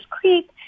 Creek